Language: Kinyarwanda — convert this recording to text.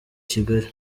kigali